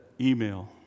email